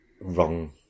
wrong